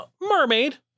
mermaid